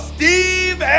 Steve